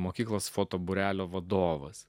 mokyklos foto būrelio vadovas